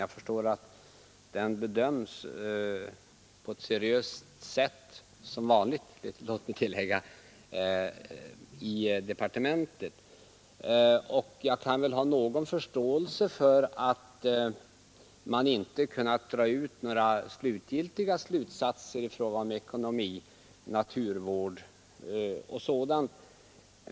Jag förstår att den bedöms på ett seriöst sätt i departementet — som vanligt, vill jag tillägga — och jag kan väl ha någon förståelse för att man inte kunnat dra ut några slutgiltiga slutsatser i fråga om ekonomi, naturvård och sådant.